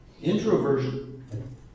Introversion